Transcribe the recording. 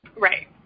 Right